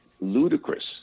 ludicrous